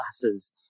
classes